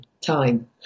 time